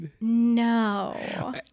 no